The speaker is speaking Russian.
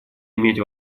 иметь